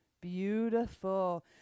beautiful